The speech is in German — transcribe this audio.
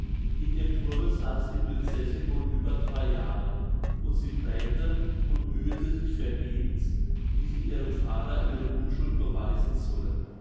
in dem thurme saß die prinzessin wohl über drei jahre und sie grämte und mühete sich vergebens wie sie ihrem vater ihre unschuld beweisen solle